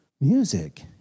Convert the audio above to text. Music